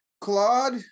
Claude